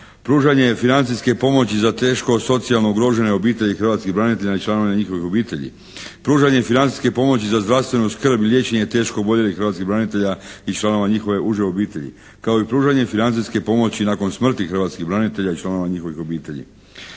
pružanje financijske pomoći za teško socijalno ugrožene obitelji hrvatskih branitelja i članova njihovih obitelji, pružanje financijske pomoći za zdravstvenu skrb i liječenje teško oboljelih hrvatskih branitelja i članova njihove uže obitelji kao i pružanje financijske pomoći nakon smrti hrvatskih branitelja i članova njihovih obitelji.